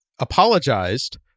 Apologized